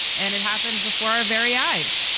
and it happened before our very eyes.